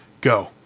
go